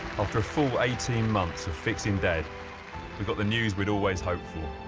after a full eighteen months of fixing dad, we got the news we'd always hoped for.